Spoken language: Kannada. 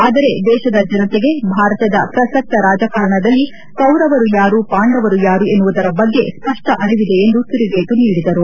ಆದರೆ ದೇಶದ ಜನತೆಗೆ ಭಾರತದ ಪ್ರಸಕ್ತ ರಾಜಕಾರಣದಲ್ಲಿ ಕೌರವರು ಯಾರು ಪಾಂಡವರು ಯಾರು ಎನ್ನುವುದರ ಬಗ್ಗೆ ಸ್ಪಷ್ಟ ಅರಿವಿದೆ ಎಂದು ತಿರುಗೇಟು ನೀಡಿದರು